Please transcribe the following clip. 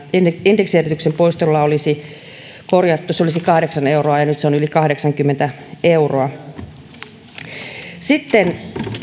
indeksijäädytyksen poistolla olisi tämä korjattu se olisi kahdeksan euroa ja nyt se on yli kahdeksankymmentä euroa sitten